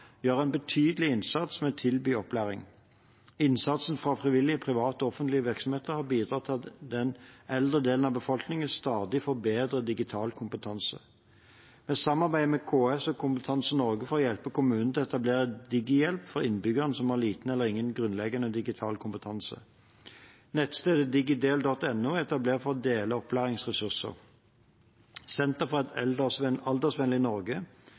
gjør en betydelig innsats med å tilby opplæring. Innsatsen fra frivillige, private og offentlige virksomheter har bidratt til at den eldre delen av befolkningen stadig får bedre digital kompetanse. Vi samarbeider med KS og Kompetanse Norge for å hjelpe kommunene med å etablere Digihjelpen for innbyggere som har liten eller ingen grunnleggende digital kompetanse. Nettstedet digidel.no er etablert for å dele opplæringsressurser. Senter for et aldersvennlig Norge, Eldreombudet og Rådet for et aldersvennlig Norge